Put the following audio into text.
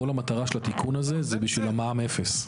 כל המטרה של התיקון הזה, היא בשביל מע"מ אפס.